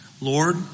Lord